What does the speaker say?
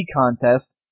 contest